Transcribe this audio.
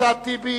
אחמד טיבי,